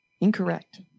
Incorrect